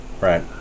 Right